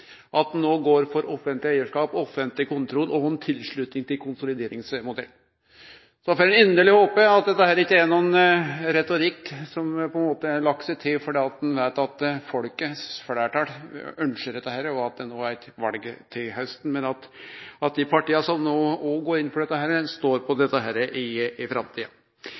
at ein no går inn for offentleg eigarskap, offentleg kontroll og sluttar seg til ein konsolideringsmodell. Ein får inderleg håpe at dette ikkje er retorikk ein har lagt seg til fordi ein veit at folket sitt fleirtal ønskjer dette, og at det er val til hausten, men at dei partia som no går inn for dette, står på dette òg i framtida. Ein